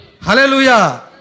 Hallelujah